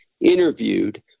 interviewed